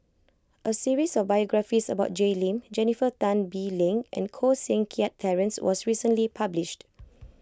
a series of biographies about Jay Lim Jennifer Tan Bee Leng and Koh Seng Kiat Terence was recently published